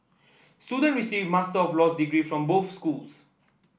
student receive Master of Laws degree from both schools